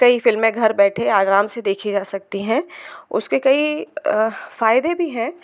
कई फ़िल्में घर बैठे आराम से देखी जा सकती हैं उसके कई फायदे भी हैं